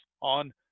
on